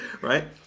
right